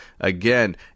Again